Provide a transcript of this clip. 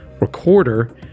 recorder